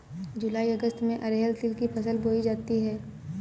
जूलाई अगस्त में अरहर तिल की फसल बोई जाती हैं